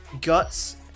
Guts